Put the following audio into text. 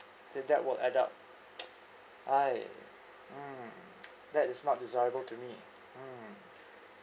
that that would add up !aiya! mm that is not desirable to me mm